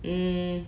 mm